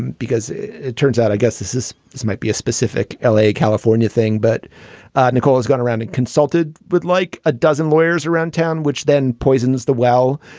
because it turns out, i guess this is this might be a specific l a, california thing. but nicole is going around and consulted with like a dozen lawyers around town, which then poisons the well,